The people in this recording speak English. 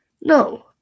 No